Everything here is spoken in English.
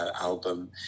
album